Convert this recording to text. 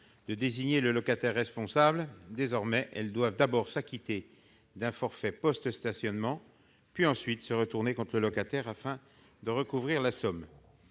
de désigner le locataire responsable, elles doivent désormais s'acquitter d'abord d'un forfait post-stationnement, avant de se retourner contre le locataire afin de recouvrir la somme.